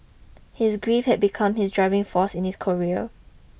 his grief had become his driving force in his career